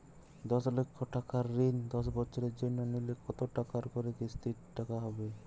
দশ লক্ষ টাকার ঋণ দশ বছরের জন্য নিলে কতো টাকা করে কিস্তির টাকা হবে?